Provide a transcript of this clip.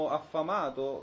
affamato